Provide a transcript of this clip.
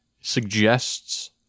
suggests